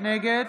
נגד